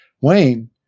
wayne